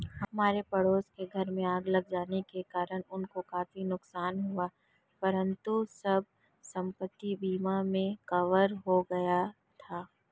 हमारे पड़ोस के घर में आग लगने के कारण उनको काफी नुकसान हुआ परंतु सब संपत्ति बीमा में कवर हो गया था